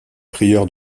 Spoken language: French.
prieur